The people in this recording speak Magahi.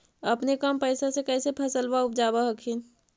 अपने कम पैसा से कैसे फसलबा उपजाब हखिन?